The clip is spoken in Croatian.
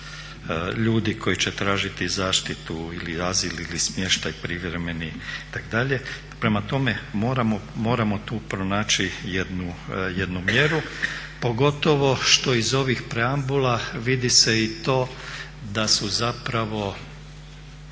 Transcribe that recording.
koji će tražiti zaštitu ili azil ili smještaj privremeni itd. Prema tome, moramo tu pronaći jednu mjeru pogotovo što iz ovih preambula vidi se i to da su zapravo,